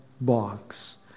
box